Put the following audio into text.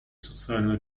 социальная